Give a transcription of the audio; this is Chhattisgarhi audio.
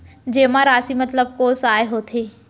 जेमा राशि मतलब कोस आय होथे?